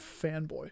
fanboy